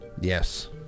Yes